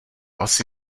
asi